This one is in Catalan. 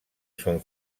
són